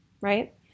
right